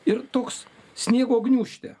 ir toks sniego gniūžtė